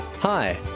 Hi